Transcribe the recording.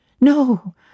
No